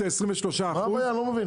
מה הבעיה?